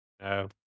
No